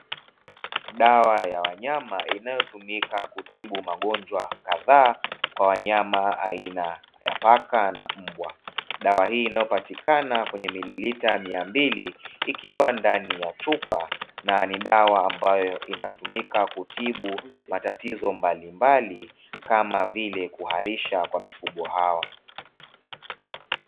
Dawa ya wanyama, inayotumika kutibu magonjwa kadhaa kwa wanyama aina ya paka na mbwa. Dawa hii inayopatikana kwenye mililita mia mbili ikiwa ndani ya chupa na ni dawa ambayo inatumika kutibu matatizo mbalimbali, kama vile kuharisha kwa mifugo hawa.